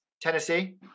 Tennessee